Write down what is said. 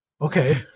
Okay